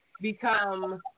become